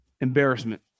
Embarrassment